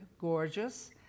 Gorgeous